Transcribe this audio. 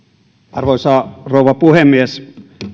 arvoisa rouva puhemies